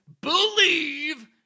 believe